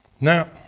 Now